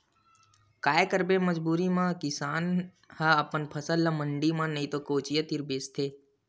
काये करबे मजबूरी म किसान ह अपन फसल ल मंडी म नइ ते कोचिया तीर बेचथे